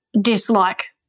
dislike